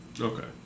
okay